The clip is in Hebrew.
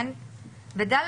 ב-(ד),